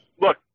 look